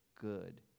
good